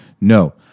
No